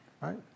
Right